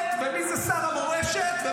-- שאתם